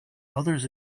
others